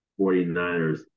49ers